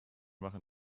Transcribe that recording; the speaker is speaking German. machen